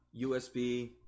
USB